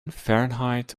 fahrenheit